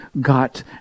got